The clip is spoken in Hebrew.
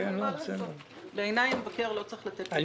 המבקר, בעיניי, לא צריך לתת ליטופים וחיבוקים.